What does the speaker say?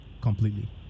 completely